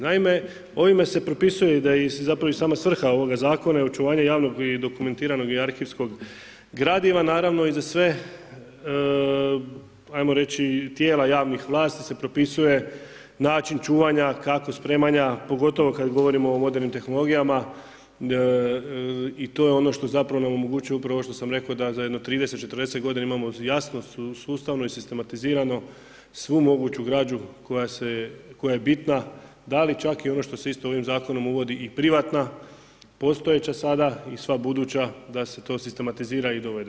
Naime, ovime se propisuje da je zapravo i sama svrha ovoga zakona je očuvanje javnog i dokumentiranog i arhivskog gradiva, naravno i za sve hajmo reći tijela javnih vlasti se propisuje način čuvanja kako spremanja, pogotovo kad govorimo o modernim tehnologijama i to je ono što zapravo nam omogućuje upravo ovo što sam rekao da za jedno 30, 40 godina imamo jasno sustavno i sistematizirano svu moguću građu koja je bitna da li čak i ono što se isto ovim zakonom uvodi i privatna postojeća sada i sva buduća da se to sistematizira i dovede.